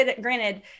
granted